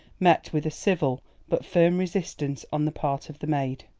met with a civil but firm resistance on the part of the maid.